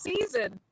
season